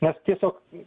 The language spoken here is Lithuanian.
nes tiesiog